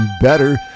Better